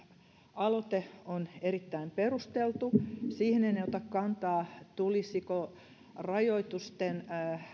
aloite on erittäin perusteltu siihen en ota kantaa tulisiko rajoitusten